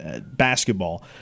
basketball